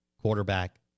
quarterback